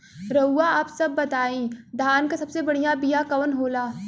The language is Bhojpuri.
रउआ आप सब बताई धान क सबसे बढ़ियां बिया कवन होला?